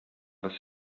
was